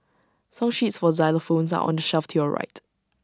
song sheets for xylophones are on the shelf to your right